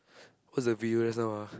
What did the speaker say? what's the previous sound ah